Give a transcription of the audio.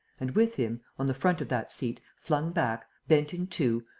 and, with him, on the front of that seat, flung back, bent in two,